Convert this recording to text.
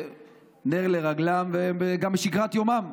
נר לרגליהם גם בשגרת יומם.